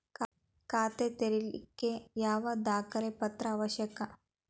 ಖಾತಾ ತೆರಿಲಿಕ್ಕೆ ಯಾವ ದಾಖಲೆ ಪತ್ರ ಅವಶ್ಯಕ?